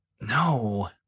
No